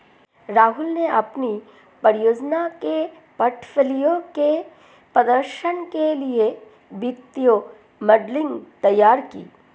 राहुल ने अपनी परियोजना के पोर्टफोलियो के प्रदर्शन के लिए वित्तीय मॉडलिंग तैयार की